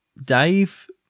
Dave